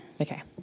Okay